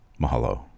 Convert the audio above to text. Mahalo